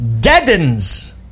deadens